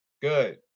good